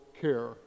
care